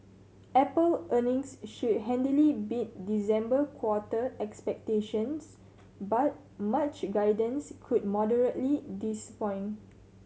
apple earnings should handily beat December quarter expectations but March guidance could moderately disappoint